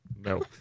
No